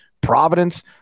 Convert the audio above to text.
Providence